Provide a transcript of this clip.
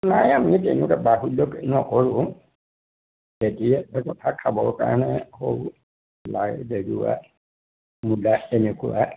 নাই আমি তেনেকুৱা বাহুল্যকৈ নকৰোঁ কেতিয়া খাবৰ কাৰণে কৰোঁ লাই মূলা এনেকুৱা